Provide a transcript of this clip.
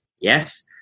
yes